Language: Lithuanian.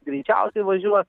greičiausiai važiuoti